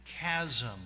chasm